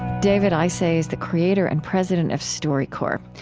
david isay is the creator and president of storycorps.